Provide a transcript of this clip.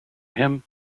him